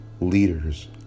leaders